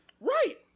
Right